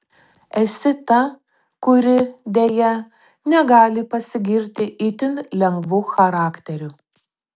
esi ta kuri deja negali pasigirti itin lengvu charakteriu